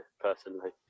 personally